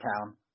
town